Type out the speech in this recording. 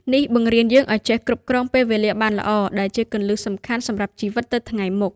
នេះបង្រៀនយើងឲ្យចេះគ្រប់គ្រងពេលវេលាបានល្អ ដែលជាគន្លឹះសំខាន់សម្រាប់ជីវិតទៅថ្ងៃមុខ។